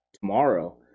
tomorrow